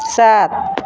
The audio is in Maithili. सात